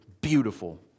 beautiful